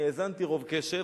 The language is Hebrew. אני האזנתי רוב קשב,